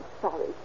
sorry